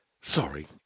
Sorry